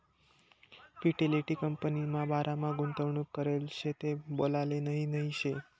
Fidelity कंपनीमा बारामा गुंतवणूक करेल शे ते बोलाले नही नही शे